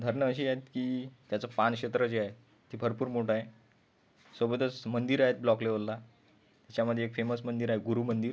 धरणं अशी आहेत की त्याचं पाणक्षेत्र जे आहे ते भरपूर मोठं आहे सोबतच मंदिर आहेत ब्लॉक लेवलला च्यामध्ये एक फेमस मंदिर आहे गुरु मंदिर